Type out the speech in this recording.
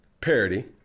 Parody